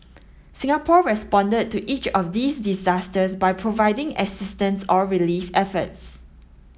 Singapore responded to each of these disasters by providing assistance or relief efforts